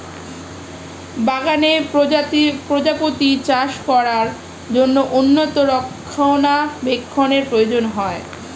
বাগানে প্রজাপতি চাষ করার জন্য উন্নত রক্ষণাবেক্ষণের প্রয়োজন হয়